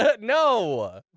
No